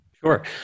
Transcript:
Sure